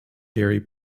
dairy